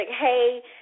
hey